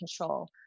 control